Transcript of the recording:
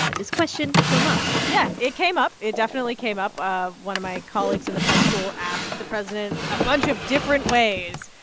ah this question came up yeah, it came up. it definitely came up. one of my colleagues in the press pool asked the president, a bunch of different ways,